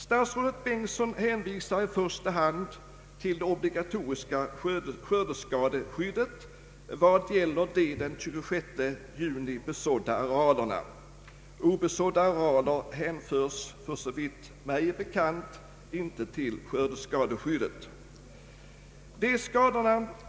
Statsrådet Bengtsson hänvisar i första hand till det obligatoriska skördeskadeskyddet vad gäller de den 26 juni besådda arealerna. Obesådda arealer hänförs, för så vitt mig är bekant, inte till skördeskadeskyddet.